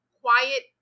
Quiet